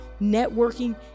networking